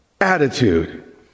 attitude